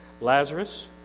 Lazarus